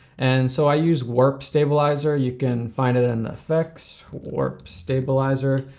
and so i use warp stabilizer. you can find it in effects, warp stabilizer.